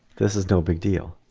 this is no big deal.